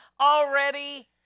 already